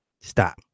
Stop